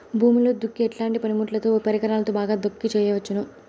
భూమిలో దుక్కి ఎట్లాంటి పనిముట్లుతో, పరికరాలతో బాగా దుక్కి చేయవచ్చున?